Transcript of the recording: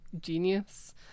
genius